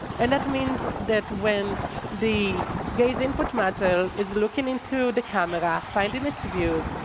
and that means that when the gaze input module is looking into the camera, finding its views,